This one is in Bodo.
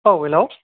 औ हेलौ